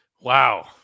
wow